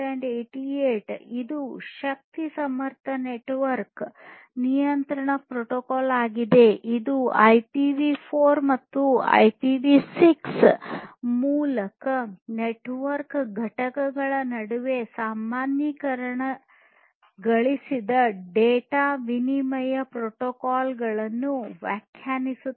IEEE 1888 ಇದು ಶಕ್ತಿ ಸಮರ್ಥ ನೆಟ್ವರ್ಕ್ ನಿಯಂತ್ರಣ ಪ್ರೋಟೋಕಾಲ್ ಆಗಿದೆ ಇದು ಐಪಿವಿ4 ಅಥವಾ ಐಪಿವಿ6 ಮೂಲಕ ನೆಟ್ವರ್ಕ್ ಘಟಕಗಳ ನಡುವೆ ಸಾಮಾನ್ಯೀಕರಿಸಿದ ಡೇಟಾ ವಿನಿಮಯ ಪ್ರೋಟೋಕಾಲ್ ಗಳನ್ನು ವ್ಯಾಖ್ಯಾನಿಸುತ್ತದೆ